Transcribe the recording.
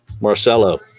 Marcelo